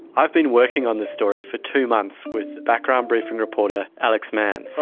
i've been working on this story for two months with background briefing reporter alex mann.